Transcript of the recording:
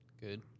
Good